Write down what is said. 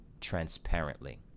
transparently